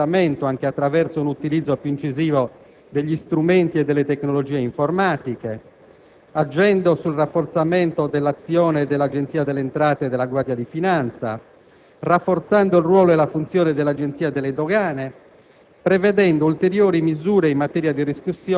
rafforzando gli strumenti e le procedure dell'accertamento, anche attraverso un utilizzo più incisivo degli strumenti e delle tecnologie informatiche, agendo sul rafforzamento dell'azione dell'Agenzia delle entrate e della Guardia di finanza, rafforzando il ruolo e la funzione dell'Agenzia delle dogane